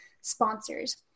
sponsors